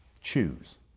Choose